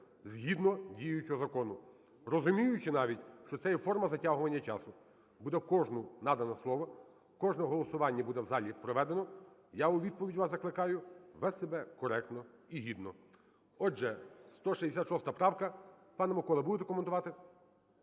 згідно діючого закону. Розуміючи навіть, що це є форма затягування часу, буде кожному надане слово, кожне голосування буде в залі проведено. Я у відповідь вас закликаю вести себе коректно і гідно. Отже, 166 правка. Пане Микола будете коментувати?